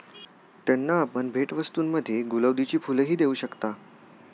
त्यांना आपण भेटवस्तूंमध्ये गुलौदीची फुलंही देऊ शकता